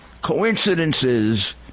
coincidences